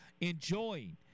enjoying